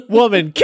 woman